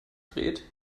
dreht